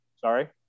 Sorry